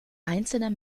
einzelner